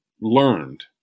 learned